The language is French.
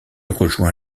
rejoint